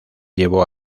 llevó